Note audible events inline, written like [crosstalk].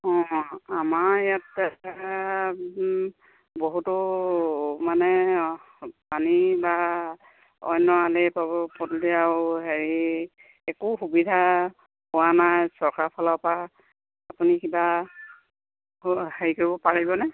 অঁ আমাৰ ইয়াত বহুতো মানে পানী বা অন্য [unintelligible] আৰু হেৰি একো সুবিধা পোৱা নাই চৰকাৰৰ ফালৰ পৰা আপুনি কিবা হেৰি কৰিব পাৰিবনে